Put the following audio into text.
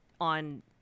on